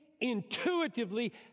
intuitively